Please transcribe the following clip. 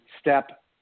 step